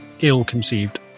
ill-conceived